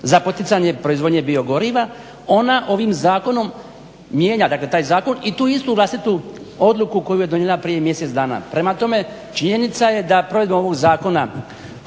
za poticanje proizvodnje biogoriva ona ovim zakonom mijenja taj zakon i tu istu dakle vlastitu odluku koju je donijela prije mjesec dana. Prema tome činjenica je da provedbom ovog zakona